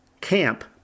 camp